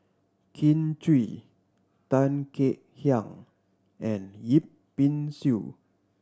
Kin Chui Tan Kek Hiang and Yip Pin Xiu